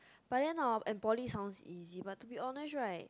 but then hor poly sound easy but to be honest right